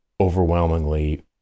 overwhelmingly